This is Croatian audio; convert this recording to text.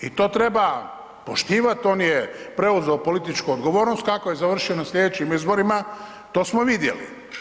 I to treba poštivat, on je preuzeo političku odgovornost, kako je završio na slijedećim izborima to smo vidjeli.